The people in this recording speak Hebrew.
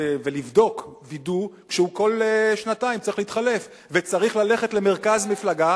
ולבדוק וידוא כשהוא כל שנתיים צריך להתחלף וצריך ללכת למרכז מפלגה